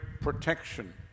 protection